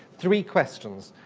three questions,